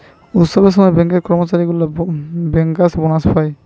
উৎসবের সময় ব্যাঙ্কের কর্মচারী গুলা বেঙ্কার্স বোনাস পায়